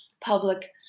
public